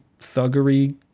thuggery